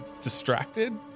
distracted